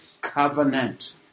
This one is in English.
covenant